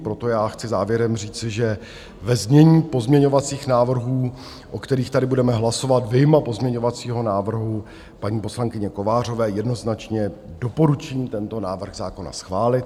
Proto chci závěrem říci, že ve znění pozměňovacích návrhů, o kterých tady budeme hlasovat, vyjma pozměňovacího návrhu paní poslankyně Kovářové, jednoznačně doporučím tento návrh zákona schválit.